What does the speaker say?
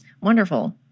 wonderful